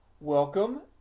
Welcome